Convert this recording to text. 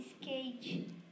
skate